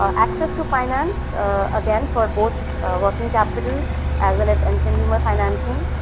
um access to finance again for both working capital as well as and consumer financing.